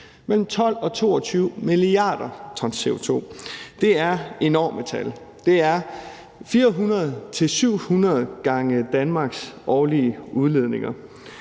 mellem 12 og 22 mia. t CO2. Det er enormt store tal. Det er 400-700 gange Danmarks årlige udledninger.